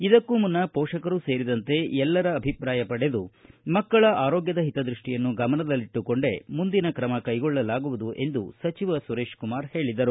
ಇದಕ್ಕೂ ಮುನ್ನ ಮೋಷಕರು ಸೇರಿದಂತೆ ಎಲ್ಲರ ಅಭಿಪ್ರಾಯ ಪಡೆದು ಮಕ್ಕಳ ಆರೋಗ್ಯದ ಹಿತದ್ಯಷ್ಟಿಯನ್ನು ಗಮನದಲ್ಲಿಬ್ಬುಕೊಂಡೆ ಮುಂದಿನ ಕ್ರಮ ಕೈಗೊಳ್ಳಲಾಗುವುದು ಎಂದು ಸಚಿವ ಸುರೇಶಕುಮಾರ್ ಹೇಳಿದರು